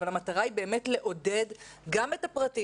אבל המטרה היא לעודד גם את הפרטיים,